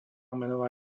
menová